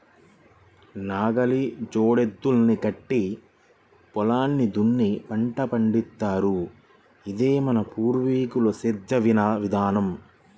నాగలికి జోడెద్దుల్ని కట్టి పొలాన్ని దున్ని పంట పండిత్తారు, ఇదే మన పూర్వీకుల సేద్దెం విధానం